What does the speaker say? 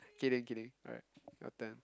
kidding kidding alright your turn